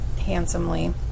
handsomely